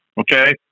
Okay